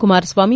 Kumaraswamy